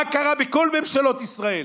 מה קרה בכל ממשלות ישראל?